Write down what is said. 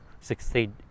succeed